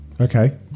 Okay